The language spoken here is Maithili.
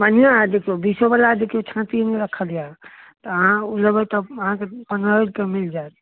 बढ़िआँ हइ देखियौ बीसो बला देखियौ छाँटिमे रखल यऽ तऽ अहाँ ओ लेबै तऽ अहाँके पन्द्रह रुपए मिल जाएत